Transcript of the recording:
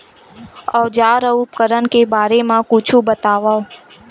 औजार अउ उपकरण के बारे मा कुछु बतावव?